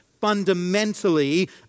fundamentally